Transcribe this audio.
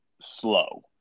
slow